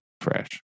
fresh